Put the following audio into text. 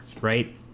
right